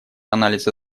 анализа